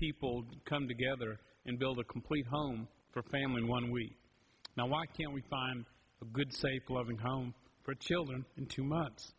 people come together and build a complete home for a family one week now why can't we find a good safe loving home for children in two months